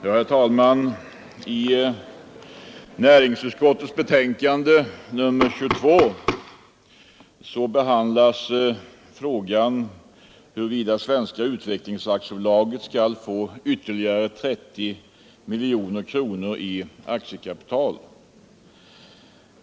Herr talman! I näringsutskottets betänkande nr 22 behandlas frågan huruvida Svenska utvecklingsaktiebolaget skall få ytterligare 30 miljoner kronor i aktiekapital.